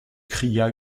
cria